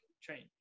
change